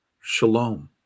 shalom